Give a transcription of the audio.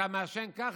אתה מעשן כך,